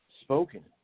spoken